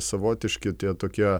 savotiški tie tokie